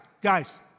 guys